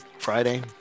Friday